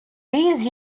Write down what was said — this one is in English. these